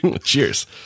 Cheers